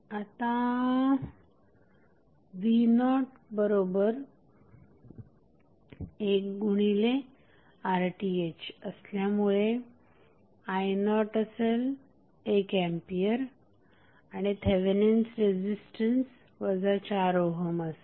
आताv01RThअसल्यामुळे i01A असेल आणि Thevenin's resistance 4 ohm असेल